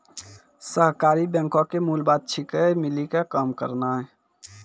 सहकारी बैंको के मूल बात छिकै, मिली के काम करनाय